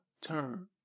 turn